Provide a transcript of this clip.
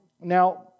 Now